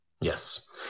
Yes